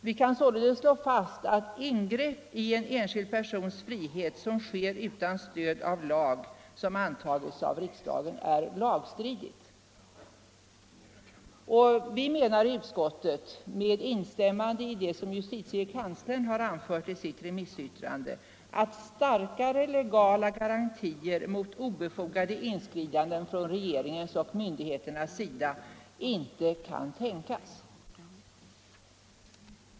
Vi kan således slå fast att ingrepp som sker i en enskild persons frihet utan stöd av lag som antagits av riksdagen är lagstridigt. Vi menar i utskottet, med instämmande i det som justitiekanslern har anfört i sitt remissyttrande, att starkare legala garantier mot obefogade inskridanden från regeringens och myndigheternas sida inte kan tänkas.